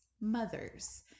mother's